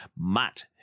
Matt